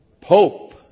Pope